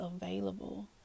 available